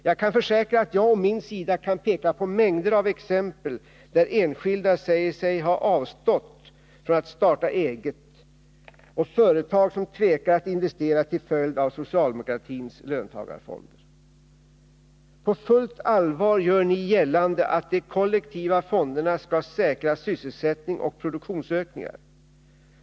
Jag kan försäkra att jag å min sida kan peka på mängder av exempel på enskilda som säger sig ha avstått från att starta eget och på företag som tvekar att investera till följd av socialdemokratins förslag om löntagarfonder. På fullt allvar gör ni gällande att de kollektiva fonderna skall säkra sysselsättning och produktionsökningar.